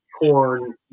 corn